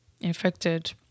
infected